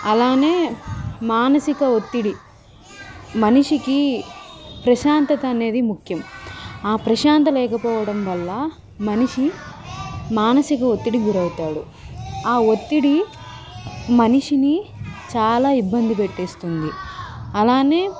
అలానే మానసిక ఒత్తిడి మనిషికి ప్రశాంతత అనేది ముఖ్యం ఆ ప్రశాంతత లేకపోవడం వల్ల మనిషి మానసిక ఒత్తిడికి గురవుతాడు ఆ ఒత్తిడి మనిషిని చాలా ఇబ్బంది పెట్టేస్తుంది అలానే